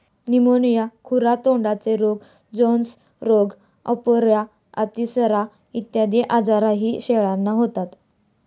pneumonia, खुरा तोंडाचे रोग, जोन्स रोग, अपरा, अतिसार इत्यादी आजारही शेळ्यांना होतात